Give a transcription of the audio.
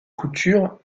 couture